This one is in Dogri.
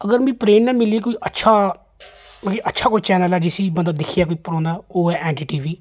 अगर मिगी प्रेरना मिली कोई अच्छा मतलब कि कोई अच्छा कोई चैनल ऐ जिसी बंदा दिक्खियै कोई ओह् ऐ एन डी टी वी